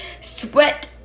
Sweat